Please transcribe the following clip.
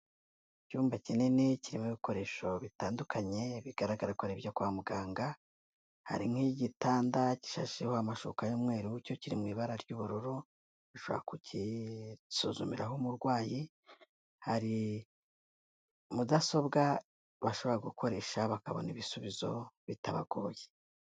Icyumba kinini kirimo ibikoresho bitandukanye bigaragara ko ari ibyo kwa muganga hari nk'igitanda gishasheho amashuka y'umweru cyo kiri mu ibara ry'ubururu, ushobora kugisuzumiraho umurwayi, hari mudasobwa bashobora gukoresha bakabona ibisubizo bitabagoye.